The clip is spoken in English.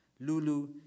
Lulu